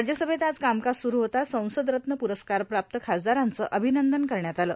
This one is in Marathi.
राज्यसभेत आज कामकाज सुरू होताच संसदरत्न पुरस्कारप्राप्त खासदारांचं अभिनंदन करण्यात आलं